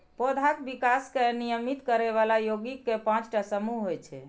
पौधाक विकास कें नियमित करै बला यौगिक के पांच टा समूह होइ छै